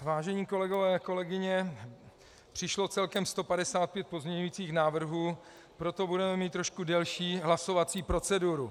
Vážení kolegové a kolegyně, přišlo celkem 155 pozměňovacích návrhů, proto budeme mít trošku delší hlasovací proceduru.